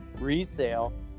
resale